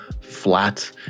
flat